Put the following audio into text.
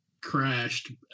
crashed